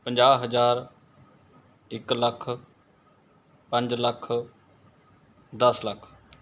ਪੰਜਾਹ ਹਜ਼ਾਰ ਇੱਕ ਲੱਖ ਪੰਜ ਲੱਖ ਦਸ ਲੱਖ